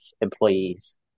employees